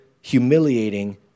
humiliating